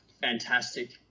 fantastic